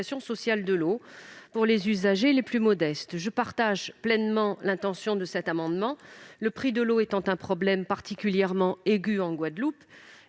sociale de l'eau pour les usagers les plus modestes. Je partage pleinement l'intention des auteurs de cet amendement, le prix de l'eau étant un problème particulièrement aigu en Guadeloupe.